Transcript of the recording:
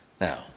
Now